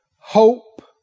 hope